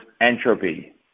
entropy